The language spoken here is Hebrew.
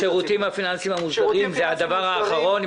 השירותים הפיננסיים המוסדרים זה הדבר האחרון,